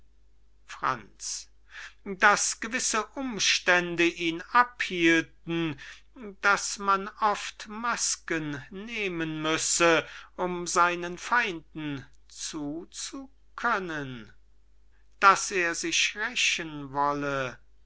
franz daß gewisse umstände ihn abhielten daß man oft masken nehmen müsse um seinen feinden zuzukönnen daß er sich rächen wolle